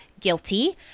guilty